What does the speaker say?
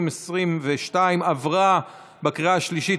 עברה בקריאה השלישית,